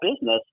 business